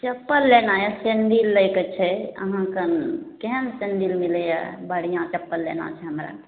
चप्पल लेना यऽ सेंडिल लैके छै अहाँक केहन सेंडिल मिलैया बढ़िआँ चप्पल लेना छै हमरा